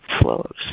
flows